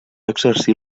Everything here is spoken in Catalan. exercir